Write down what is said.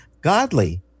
Godly